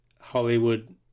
Hollywood